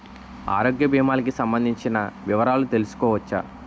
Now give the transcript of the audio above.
ఆరోగ్య భీమాలకి సంబందించిన వివరాలు తెలుసుకోవచ్చా?